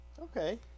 Okay